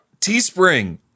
Teespring